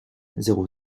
zéro